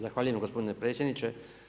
Zahvaljujem gospodine predsjedniče.